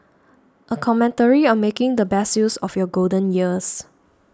a commentary on making the best use of your golden years